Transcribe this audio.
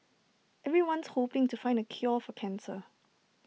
everyone's hoping to find the cure for cancer